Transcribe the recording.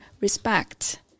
respect